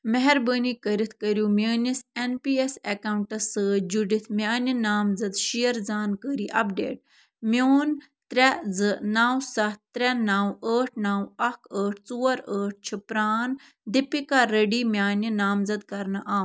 مہربٲنی کٔرِتھ کٔرِو میٛٲنِس اٮ۪ن پی اٮ۪س اٮ۪کاوُنٛٹَس سۭتۍ جُڑِتھ میٛانہِ نامزد شِیَر زانکٲری اَپڈیٹ میون ترٛےٚ زٕ نَو سَتھ ترٛےٚ نَو ٲٹھ نَو اکھ ٲٹھ ژور ٲٹھ چھُ پرٛان دِپِکا ریٚڈی میٛانہِ نامزد کرنہٕ آ